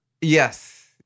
Yes